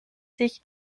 sich